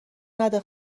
نده